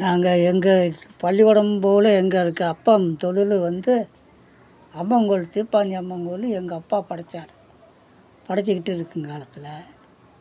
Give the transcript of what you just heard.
நாங்கள் எங்கே பள்ளிக்கூடமும் போகல எங்களுக்கு அப்பா தொழில் வந்து அம்மன் கோயில் தீப்பாஞ்சி அம்மன் கோயில் எங்கள் அப்பா படைச்சார் படைச்சுக்கிட்டு இருக்கும் காலத்தில்